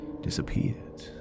disappeared